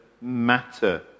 matter